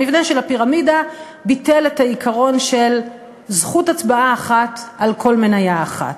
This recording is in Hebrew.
המבנה של הפירמידה ביטל את העיקרון של זכות הצבעה אחת על כל מניה אחת.